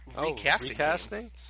recasting